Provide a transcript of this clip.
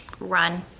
run